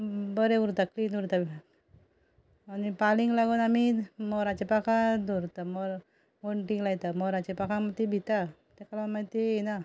बरें उरता क्लीन उरता घर आनी पालींक लागून आमी मोराची पाकां दवरता वणटीक लायता मोराची पाकां ती भिता ताका लागून मागी ती येयना